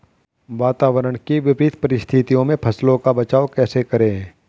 वातावरण की विपरीत परिस्थितियों में फसलों का बचाव कैसे करें?